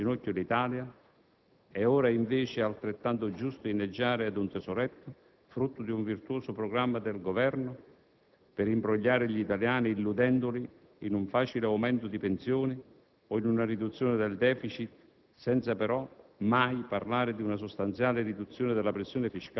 Con un ragionamento a dir poco assurdo e tortuoso del Ministro dell'economia si vorrebbe dimostrare che il grido di allarme del Governo dell'anno scorso era giusto per poter giustificare allora l'aumento indiscriminato e folle dell'imposizione fiscale che ha messo in ginocchio l'Italia